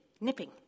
nipping